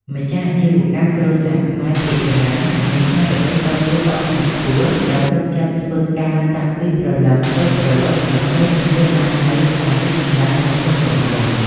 ម្ចាស់អាជីវកម្មគ្រួសារខ្មែរភាគច្រើនមានស្មារតីតស៊ូអត់ធ្មត់ខ្ពស់ ដោយសុខចិត្តធ្វើការតាំងពីព្រលឹមទល់ព្រលប់ដើម្បីធានាបាននូវការរីកចម្រើននៃមុខរបរ។